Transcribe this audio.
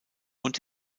und